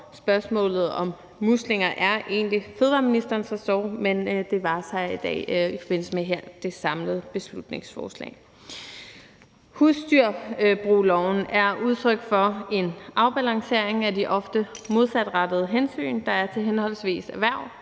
Spørgsmålet om muslinger er egentlig fødevareministerens ressort, men det varetager jeg her i dag i forbindelse med det samlede beslutningsforslag. Husdyrbrugloven er udtryk for en afbalancering af de ofte modsatrettede hensyn, der er til henholdsvis erhverv